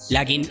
Lagi